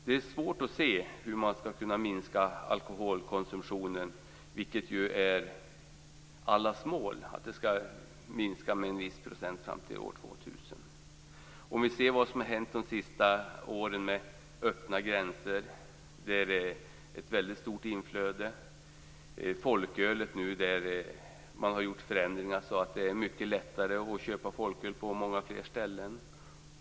Det är svårt att se hur man skall kunna minska alkoholkonsumtionen. Det är dock allas mål att den skall minska med en viss procent fram till år 2000. Vi kan ju se vad som har hänt under de senaste åren. Vi har fått öppna gränser med ett väldigt stort inflöde, och förändringar vad gäller folkölet som gjort att det nu är mycket lättare att köpa folköl på många fler ställen.